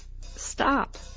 Stop